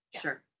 sure